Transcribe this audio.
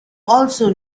also